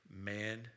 man